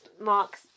Mark's